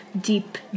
deep